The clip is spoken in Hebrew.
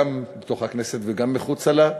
גם בכנסת וגם מחוצה לה,